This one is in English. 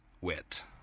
wit